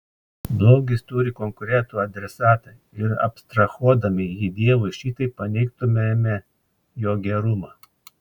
blogis turi konkretų adresatą ir abstrahuodami jį dievui šitaip paneigtumėme jo gerumą